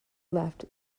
left